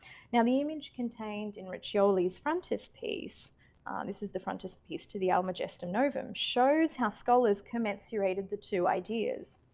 now the image contained in riccioli's frontispiece this is the frontispiece to the almagestum novum shows how scholars commensurate of the two ideas.